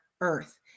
Earth